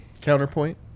Counterpoint